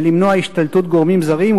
ולמנוע השתלטות של גורמים זרים,